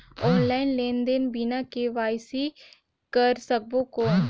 Online लेनदेन बिना KYC कर सकबो कौन??